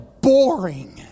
boring